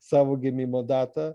savo gimimo datą